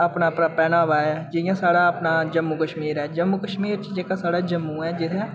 अपना अपना पैह्नावा ऐ जियां स्हाड़ा अपना जम्मू कश्मीर ऐ जम्मू कश्मीर च जेह्का स्हाड़ा जम्मू ऐ जित्थै